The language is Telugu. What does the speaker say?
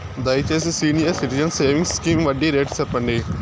దయచేసి సీనియర్ సిటిజన్స్ సేవింగ్స్ స్కీమ్ వడ్డీ రేటు సెప్పండి